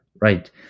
right